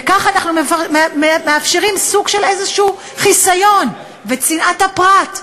וכך אנחנו מאפשרים סוג של איזשהו חיסיון וצנעת הפרט,